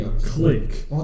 Click